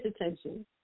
attention